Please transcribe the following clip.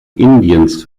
indiens